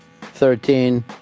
thirteen